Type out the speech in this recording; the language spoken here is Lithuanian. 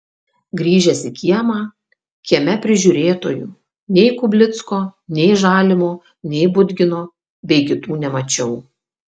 grįžęs į kiemą kieme prižiūrėtojų nei kublicko nei žalimo nei budgino bei kitų nemačiau